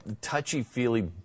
touchy-feely